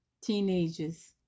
teenagers